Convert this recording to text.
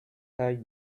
taille